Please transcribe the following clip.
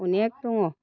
अनेख दङ